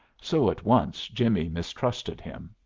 so, at once, jimmie mistrusted him.